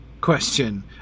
question